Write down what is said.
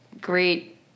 great